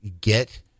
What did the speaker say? get